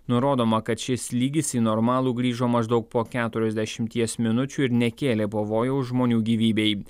nurodoma kad šis lygis į normalų grįžo maždaug po keturiasdešimties minučių ir nekėlė pavojaus žmonių gyvybei